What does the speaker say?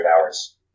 hours